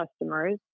customers